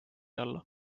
alla